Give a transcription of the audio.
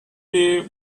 day